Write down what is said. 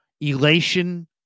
elation